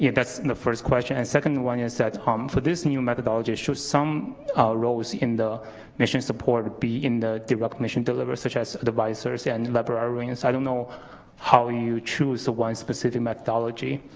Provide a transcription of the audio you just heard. yeah that's the first question. and second one is that um for this new methodology, should some ah roles in the mission support be in the the mission delivery, such as advisors an librarians? i don't know how you choose one specific methodology,